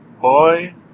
boy